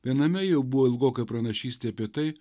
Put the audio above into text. viename jau buvo ilgoka pranašystė apie tai